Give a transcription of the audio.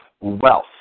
wealth